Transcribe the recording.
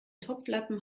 topflappen